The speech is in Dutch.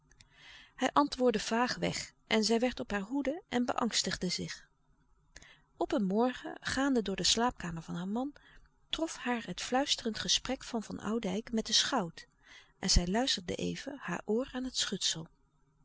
hij antwoordde vaagweg en zij werd op haar hoede en beangstigde zich op een morgen gaande door de slaapkamer van haar man trof haar het fluisterend gesprek van van oudijck met den schout en zij luisterde even haar oor aan het schutsel